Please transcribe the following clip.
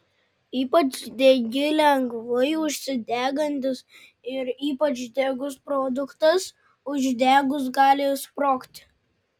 ypač degi lengvai užsidegantis ir ypač degus produktas uždegus gali sprogti